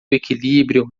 equilíbrio